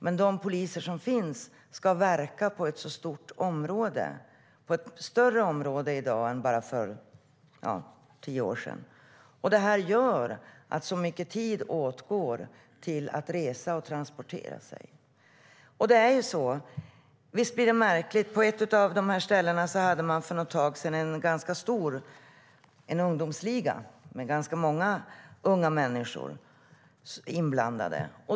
Men de poliser som finns ska verka på ett stort område. Det är ett större område i dag än för bara tio år sedan. Det här gör att mycket tid åtgår till att resa och transportera sig. Visst blir det märkligt. På ett av de här ställena hade man för ett tag sedan en ungdomsliga med ganska många unga människor inblandade.